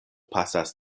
pasas